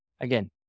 Again